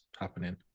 happening